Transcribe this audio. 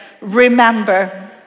Remember